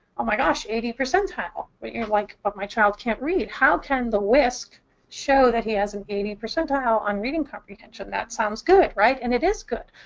oh my gosh, eighty percentile. but you're like, but my child can't read. how can the wisc wisc show that he has an eighty percentile on reading comprehension? that sounds good, right? and it is good.